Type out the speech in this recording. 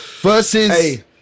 versus